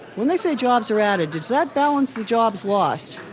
when they say jobs are added, does that balance the jobs lost?